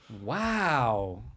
Wow